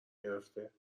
گرفته